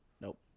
Nope